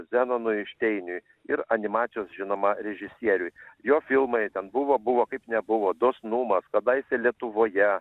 zenonui šteiniui ir animacijos žinoma režisieriui jo filmai ten buvo buvo kaip nebuvo dosnumas kadaise lietuvoje